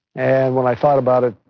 and when i thought about it,